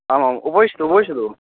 आमाम् उपविशतु उपविशतु